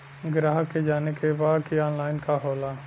ग्राहक के जाने के बा की ऑनलाइन का होला?